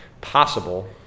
possible